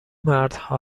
مردها